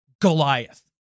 Goliath